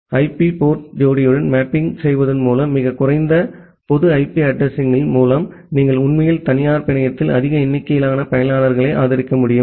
IP port ஜோடியுடன் mapping செய்வதன் மூலம் மிகக் குறைந்த பொது ஐபி அட்ரஸிங் கள் மூலம் நீங்கள் உண்மையில் தனியார் பிணையத்தில் அதிக எண்ணிக்கையிலான பயனர்களை ஆதரிக்க முடியும்